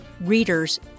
reader's